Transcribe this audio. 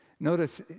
Notice